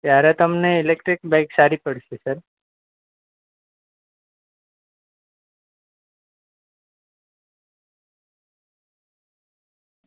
ત્યારે તમને electric bike સારી પડશે સર